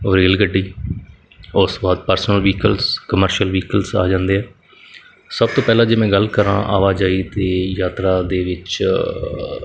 rail ਗੱਡੀ ਉਸ ਤੋਂ ਬਾਅਦ ਪਰਸਨਲ ਵਹੀਕਲਸ ਕਮਰਸ਼ੀਅਲ ਵਹੀਕਲਸ ਆ ਜਾਂਦੇ ਆ ਸਭ ਤੋਂ ਪਹਿਲਾਂ ਜੇ ਮੈਂ ਗੱਲ ਕਰਾਂ ਆਵਾਜਾਈ ਦੇ ਯਾਤਰਾ ਦੇ ਵਿੱਚ